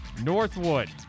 Northwood